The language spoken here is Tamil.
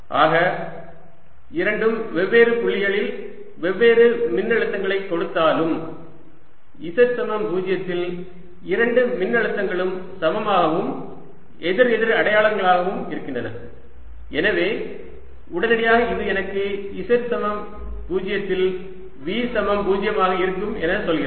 ஆக இரண்டும் வெவ்வேறு புள்ளிகளில் வெவ்வேறு மின்னழுத்தங்களை கொடுத்தாலும் z சமம் 0 இல் இரண்டு மின்னழுத்தங்களும் சமமாகவும் எதிரெதிர் அடையாளமாகவும் இருக்கின்றன எனவே உடனடியாக இது எனக்கு z சமம் 0 இல் V சமம் 0 ஆக இருக்கும் என சொல்கிறது